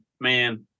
man